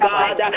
God